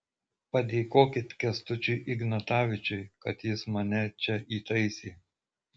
padėkokit kęstučiui ignatavičiui kad jis mane čia įtaisė